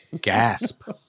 Gasp